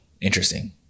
Interesting